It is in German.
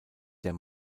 der